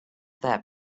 that